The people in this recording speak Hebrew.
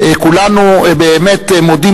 כולנו באמת מודים,